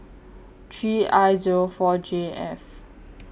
three I Zero four J F